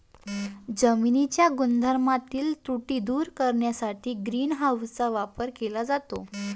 जमिनीच्या गुणधर्मातील त्रुटी दूर करण्यासाठी ग्रीन हाऊसचा वापर केला जातो